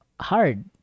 hard